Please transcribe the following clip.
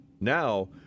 Now